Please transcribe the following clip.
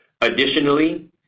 Additionally